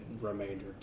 remainder